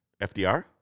FDR